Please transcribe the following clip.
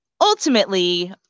ultimately